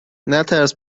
نترس